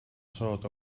short